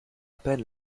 peine